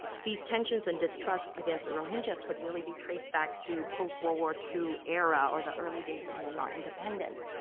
these tensions and distrust against the rohingyas could really be traced back to post world war two era, or the early days of myanmar independence,